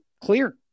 clear